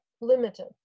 limited